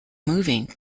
moving